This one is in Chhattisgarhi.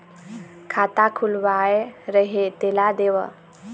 खाता खुलवाय रहे तेला देव?